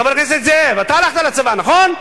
חבר הכנסת נסים זאב, אתה הלכת לצבא, נכון?